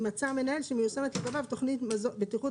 אם מצא המנהל שמיושמת לגבי תוכנית בטיחות